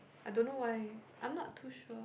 I don't know why I'm not too sure